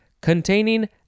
Containing